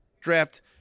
draft